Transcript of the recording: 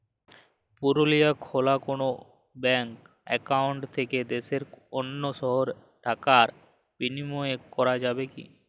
পুরুলিয়ায় খোলা কোনো ব্যাঙ্ক অ্যাকাউন্ট থেকে দেশের অন্য শহরে টাকার বিনিময় করা যাবে কি?